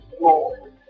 more